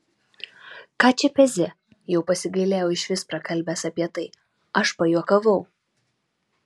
ką čia pezi jau pasigailėjau išvis prakalbęs apie tai aš pajuokavau